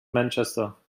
manchester